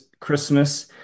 Christmas